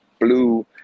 blue